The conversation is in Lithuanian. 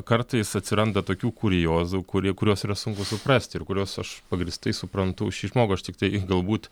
kartais atsiranda tokių kuriozų kurie kuriuos yra sunku suprasti ir kuriuos aš pagrįstai suprantu šį žmogų aš tiktai galbūt